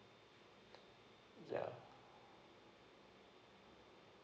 yeah